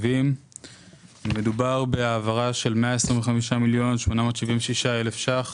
מדובר בהעברה של 125,876,000 ₪